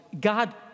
God